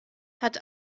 hat